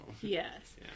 Yes